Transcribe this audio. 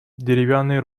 деревянный